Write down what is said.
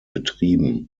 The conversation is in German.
betrieben